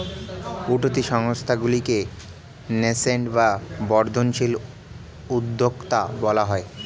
উঠতি সংস্থাগুলিকে ন্যাসেন্ট বা বর্ধনশীল উদ্যোক্তা বলা হয়